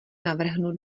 navrhnu